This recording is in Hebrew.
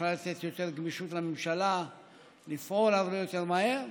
יכלה לתת יותר גמישות לממשלה לפעול הרבה יותר מהר.